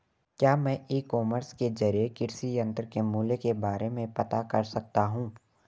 क्या मैं e commerce के ज़रिए कृषि यंत्र के मूल्य के बारे में पता कर सकता हूँ?